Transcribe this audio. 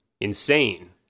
Insane